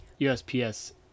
usps